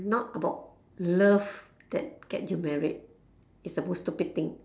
not about love that get you married it's the most stupid thing